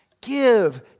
Give